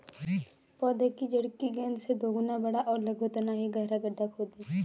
पौधे की जड़ की गेंद से दोगुना बड़ा और लगभग उतना ही गहरा गड्ढा खोदें